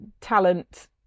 talent